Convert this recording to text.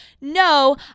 no